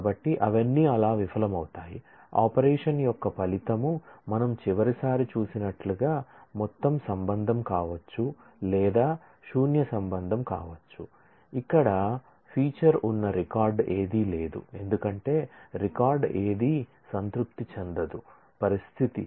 కాబట్టి అవన్నీ అలా విఫలమవుతాయి ఆపరేషన్ యొక్క ఫలితం మనం చివరిసారి చూసినట్లుగా మొత్తం రిలేషన్ కావచ్చు లేదా శూన్య రిలేషన్ కావచ్చు ఇక్కడ ఫీచర్ ఉన్న రికార్డ్ ఏదీ లేదు ఎందుకంటే రికార్డ్ ఏదీ సంతృప్తి చెందదు పరిస్థితి